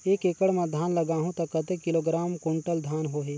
एक एकड़ मां धान लगाहु ता कतेक किलोग्राम कुंटल धान होही?